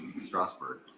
Strasbourg